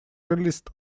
released